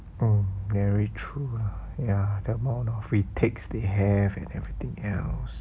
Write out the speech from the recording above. mm very true lah ya the amount of retakes they have and everything else